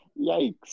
Yikes